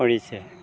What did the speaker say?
কৰিছে